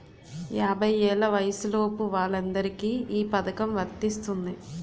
యాభై ఏళ్ల వయసులోపు వాళ్ళందరికీ ఈ పథకం వర్తిస్తుంది